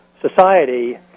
society